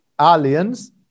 aliens